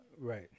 Right